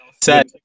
Set